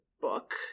book